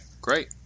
great